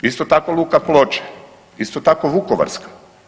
Isto tako, Luka Ploče, isto tako Vukovarska.